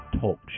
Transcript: Talk